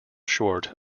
short